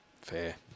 Fair